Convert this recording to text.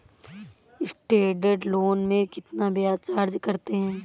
Student loan में कितना ब्याज चार्ज करते हैं?